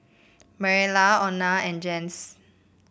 Marcella Ona and Jens